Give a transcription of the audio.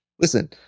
listen